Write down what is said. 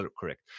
Correct